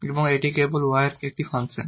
এবং এটি কেবল y এর একটি ফাংশন